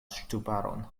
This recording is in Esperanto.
ŝtuparon